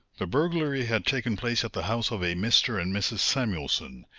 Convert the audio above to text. the burglary had taken place at the house of a mr. and mrs. samuelson,